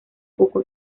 poco